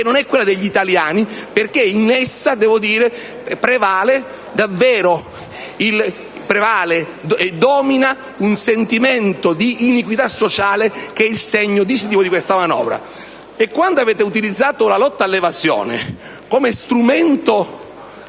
non è quella degli italiani, perché in essa prevale e domina un sentimento di iniquità sociale che è il segno distintivo di questa manovra. E quando avete utilizzato la lotta all'evasione come strumento